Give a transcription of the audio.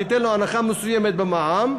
תיתן לו הנחה מסוימת במע"מ,